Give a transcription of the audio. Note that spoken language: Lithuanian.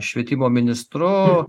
švietimo ministru